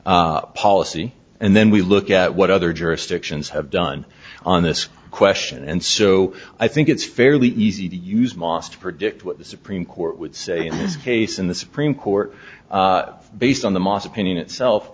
policy and then we look at what other jurisdictions have done on this question and so i think it's fairly easy to use moss to predict what the supreme court would say in this case in the supreme court based on the moss opinion itself